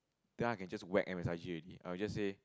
then I can just whack M_S_I_G already I will just say